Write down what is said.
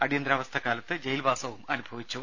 അടിയന്തരാവസ്ഥ കാലത്ത് ജയിൽവാസവും അനുഭവിച്ചു